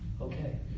Okay